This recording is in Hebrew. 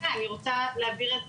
אני רוצה להבהיר את דברי,